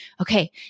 okay